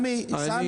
גם